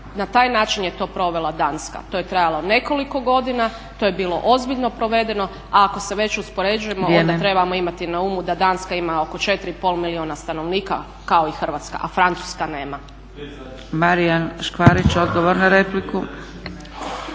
Na taj način je to provela Danska. To je trajalo nekoliko godina, to je bilo ozbiljno provedeno, a ako se već uspoređujemo onda trebamo imati na umu da Danska ima oko 4,5 milijuna stanovnika kao i Hrvatska, a Francuska nema.